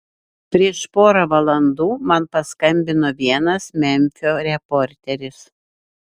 prieš porą valandų man paskambino vienas memfio reporteris